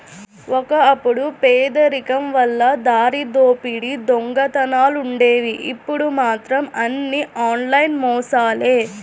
ఒకప్పుడు పేదరికం వల్ల దారిదోపిడీ దొంగతనాలుండేవి ఇప్పుడు మాత్రం అన్నీ ఆన్లైన్ మోసాలే